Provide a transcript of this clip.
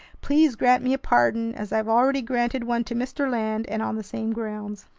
please grant me a pardon as i've already granted one to mr. land, and on the same grounds!